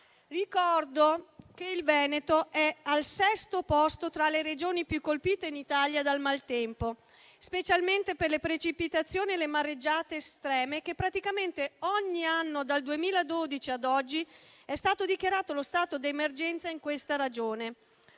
Ricordo che il Veneto è al sesto posto tra le Regioni più colpite in Italia dal maltempo, specialmente per le precipitazioni e le mareggiate estreme, tanto che praticamente ogni anno dal 2012 ad oggi vi è stato dichiarato lo stato di emergenza. Per questo motivo